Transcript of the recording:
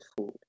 food